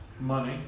money